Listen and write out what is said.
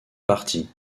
parties